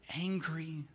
angry